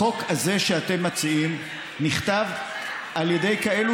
החוק הזה שאתם מציעים נכתב על ידי כאלה